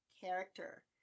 character